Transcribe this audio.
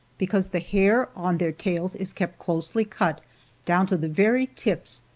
because the hair on their tails is kept closely cut down to the very tips,